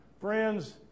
friends